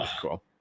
Cool